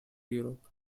europe